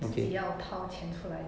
自己要掏钱出来的